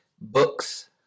books